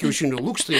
kiaušinių lukštai